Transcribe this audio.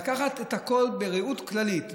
לקחת את הכול בראייה כללית,